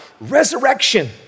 resurrection